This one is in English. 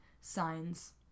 signs